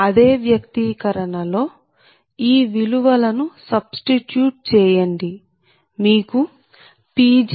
అదే వ్యక్తీకరణ లో ఈ విలువల ను సబ్స్టిట్యూట్ చేయండి మీకుPg1 188